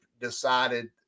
decided –